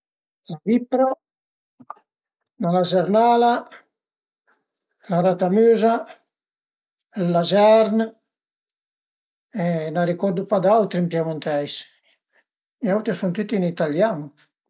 La vippra, la lazernala, la ratamüza, ël lazern e n'a ricordu pa d'autri ën piemunteis, i auti a sun tüti ën italian